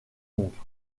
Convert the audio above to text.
oncle